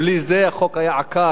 בלי זה, החוק היה עקר.